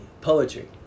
poetry